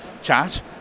Chat